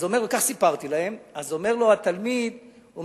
אז אומר לו התלמיד: